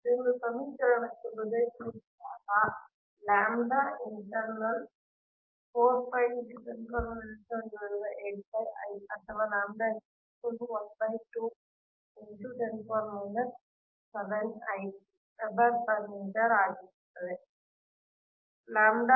ಇದನ್ನು ಸಮಿಕರಣಕ್ಕೆ ಬದಲಿಸಿದಾಗ ಅಥವಾ ವೆಬರ್ ಪರ್ ಮೀಟರ್ ಆಗಿರುತ್ತದೆ